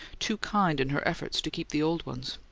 too kind in her efforts to keep the old ones.